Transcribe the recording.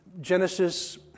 Genesis